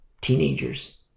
teenagers